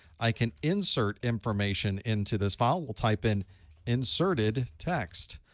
i can insert information into this file. we'll type in inserted text.